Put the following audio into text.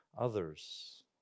others